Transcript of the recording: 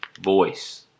voice